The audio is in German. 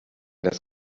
das